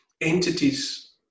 entities